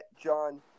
John